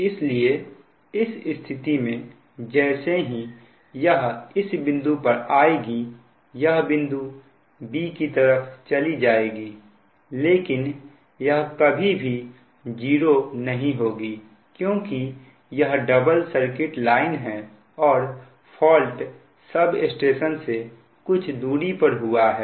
इसलिए इस स्थिति में जैसे ही यह इस बिंदु पर आएगी यह बिंदु b की तरफ चली जाएगी लेकिन यह कभी भी 0 नहीं होगी क्योंकि यह डबल सर्किट लाइन है और फॉल्ट सब स्टेशन से कुछ दूरी पर हुआ है